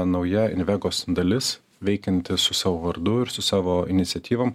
nauja invegos dalis veikianti su savo vardu ir su savo iniciatyvom